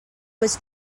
was